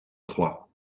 trois